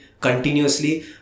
continuously